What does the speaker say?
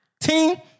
team